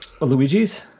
Luigi's